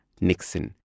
Nixon